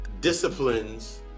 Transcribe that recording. disciplines